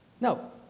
No